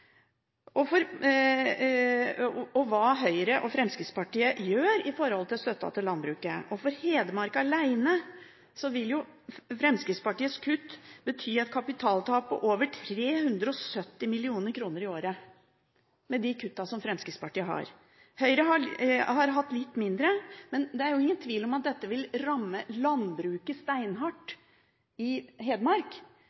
fra budsjettet og hva Høyre og Fremskrittspartiet gjør for å støtte landbruket. For Hedmark alene vil Fremskrittspartiets kutt bety et kapitaltap på over 370 mill. kr i året – for Høyre noe mindre. Det er ingen tvil om at dette vil ramme landbruket